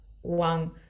one